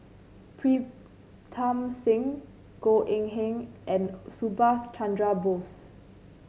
Pritam Singh Goh Eng Han and Subhas Chandra Bose